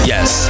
Yes